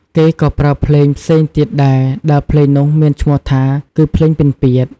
គេក៏ប្រើភ្លេងផ្សេងទៀតដែរ ដែលភ្លេងនោះមានឈ្មោះថា គឺភ្លេងពិណពាទ្យ។